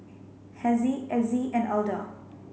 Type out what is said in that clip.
Hezzie Azzie and Alda